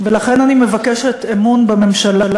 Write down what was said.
לכן אני מבקשת אמון בממשלה.